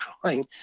crying